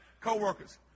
Coworkers